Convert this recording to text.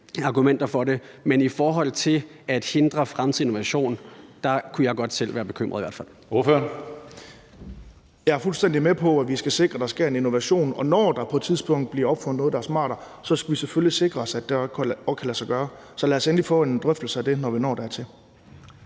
fald godt selv være bekymret. Kl. 13:58 Tredje næstformand (Karsten Hønge): Ordføreren. Kl. 13:58 Kris Jensen Skriver (S): Jeg er fuldstændig med på, at vi skal sikre, at der sker innovation, og når der på et tidspunkt bliver opfundet noget, der er smartere, skal vi selvfølgelig sikre os, at det også kan lade sig gøre. Så lad os endelig få en drøftelse af det, når vi når dertil.